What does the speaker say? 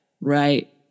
Right